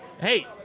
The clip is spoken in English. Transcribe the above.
Hey